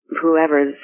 whoever's